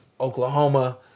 Oklahoma